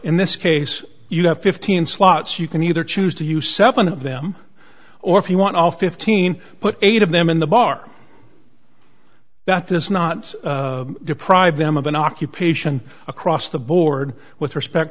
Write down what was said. in this case you have fifteen slots you can either choose to use seven of them or if you want all fifteen put eight of them in the bar that does not deprive them of an occupation across the board with respect